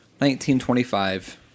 1925